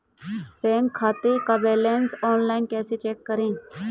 Bank खाते का balance online कैसे चेक करें?